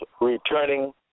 returning